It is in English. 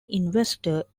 investor